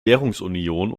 währungsunion